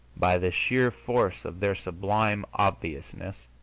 by the sheer force of their sublime obviousness,